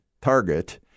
Target